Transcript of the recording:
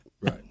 Right